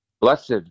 Blessed